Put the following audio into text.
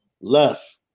Left